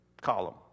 column